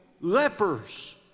lepers